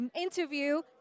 interview